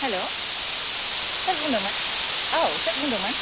हेल' सोर बुंदोंमोन औ सोर बुंदोंमोन